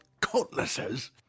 cutlasses